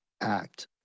act